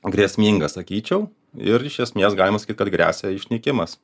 grėsminga sakyčiau ir iš esmės galima sakyt kad gresia išnykimas